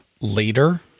later